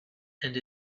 and